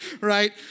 right